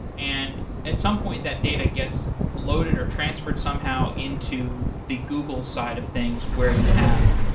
and at some point, that data gets loaded or transferred somehow into the google side of things where you have,